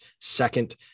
second